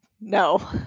no